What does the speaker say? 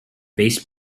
base